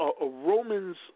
Romans